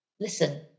listen